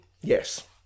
Yes